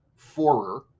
Forer